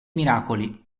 miracoli